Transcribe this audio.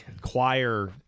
choir